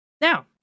Now